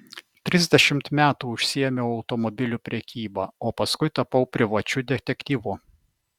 trisdešimt metų užsiėmiau automobilių prekyba o paskui tapau privačiu detektyvu